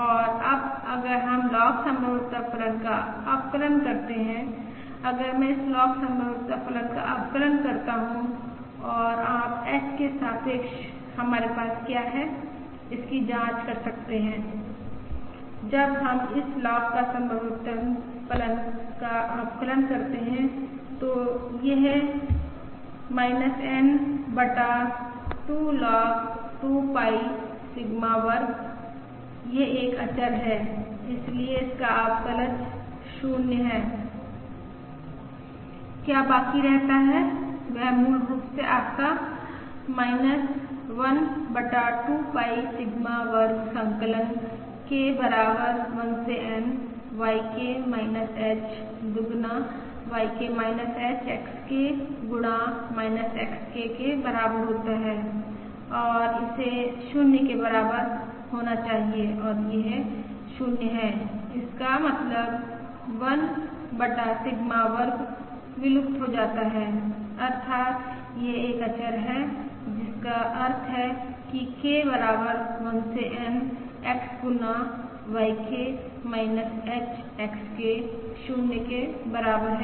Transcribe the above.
और अब अगर हम लॉग संभाव्यता फलन का अवकलन करते हैं अगर मैं इस लॉग संभाव्यता फलन का अवकलन करता हूं और आप h के सापेक्ष हमारे पास क्या हैं इसकी जांच कर सकते हैं कि जब हम इस लॉग संभाव्यता फलन का अवकलन करते हैं तो यह N बटा 2 लॉग 2 पाई सिग्मा वर्ग यह एक अचर है इसलिए इसका अवकलज 0 है क्या बाकी रहता है वह मूल रूप से आपका 1 बटा 2 पाई सिग्मा वर्ग संकलन K बराबर 1 से N YK h दुगुना YK h XK गुणा XK के बराबर होता है और इसे 0 के बराबर होना चाहिए और यह 0 है इसका मतलब 1 बटा सिग्मा वर्ग विलुप्त हो जाता है अर्थात् यह एक अचर है जिसका अर्थ है कि K बराबर 1 से N XK गुना YK h XK 0 के बराबर है